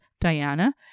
Diana